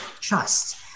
trust